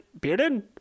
bearded